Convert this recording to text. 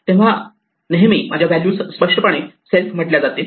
तेव्हा नेहमी माझ्या व्हॅल्यूज स्पष्टपणे सेल्फ म्हटल्या जातील